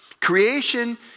Creation